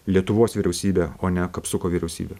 lietuvos vyriausybę o ne kapsuko vyriausybę